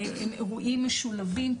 הם אירועים משולבים,